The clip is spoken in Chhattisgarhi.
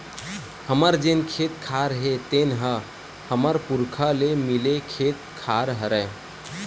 हमर जेन खेत खार हे तेन ह हमर पुरखा ले मिले खेत खार हरय